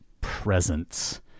presence